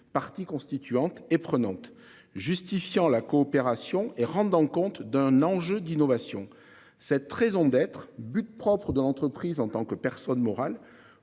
partie constituante et prenante justifiant la coopération et rendant compte d'un enjeu d'innovation cette raison d'être but propres de l'entreprise en tant que personne morale,